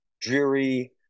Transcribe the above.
dreary